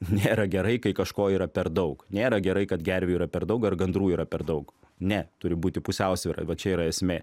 nėra gerai kai kažko yra per daug nėra gerai kad gervių yra per daug ar gandrų yra per daug ne turi būti pusiausvyra va čia yra esmė